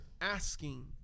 asking